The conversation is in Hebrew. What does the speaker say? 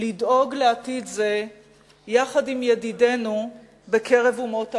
לדאוג לעתיד זה יחד עם ידידינו בקרב אומות העולם,